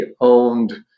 owned